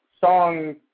song